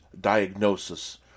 diagnosis